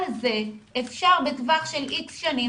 על זה אפשר בטווח של איקס שנים,